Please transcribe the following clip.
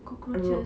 cockroaches